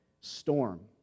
storm